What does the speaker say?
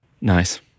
Nice